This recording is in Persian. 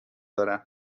دارم